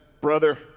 brother